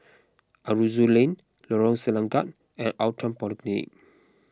Aroozoo Lane Lorong Selangat and Outram Polyclinic